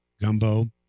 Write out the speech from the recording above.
gumbo